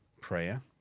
Prayer